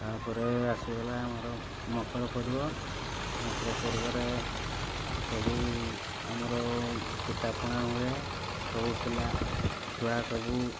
ତା'ପରେ ଆସିଗଲା ଆମର ମକର ପର୍ବ ମକର ପର୍ବରେ ସବୁ ଆମର ପିଠାପଣା ହୁଏ ସବୁ ପିଲା ଛୁଆ ସବୁ